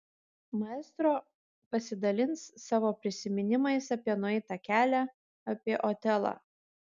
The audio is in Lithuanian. maestro pasidalins savo prisiminimais apie nueitą kelią apie otelą